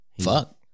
Fuck